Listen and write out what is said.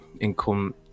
income